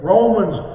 Romans